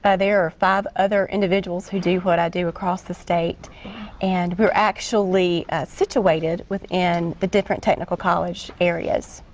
ah there are five other individuals who do what i do across the state and who are actually situated within the different technical college areas.